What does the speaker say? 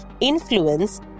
influence